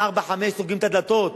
ב-17:00-16:00 סוגרים את הדלתות.